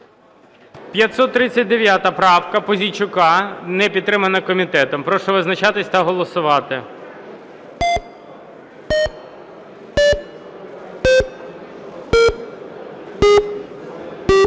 539 правка Пузійчука. Не підтримана комітетом. Прошу визначатись та голосувати.